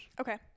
Okay